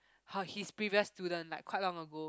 her his previous student like quite long ago